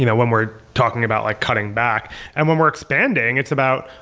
you know when we're talking about like cutting back and when we're expanding it's about,